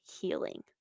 healing